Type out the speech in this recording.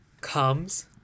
comes